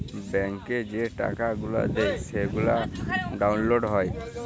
ব্যাংকে যে টাকা গুলা দেয় সেগলা ডাউল্লড হ্যয়